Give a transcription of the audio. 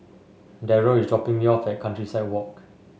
Derrell is dropping me off at Countryside Walk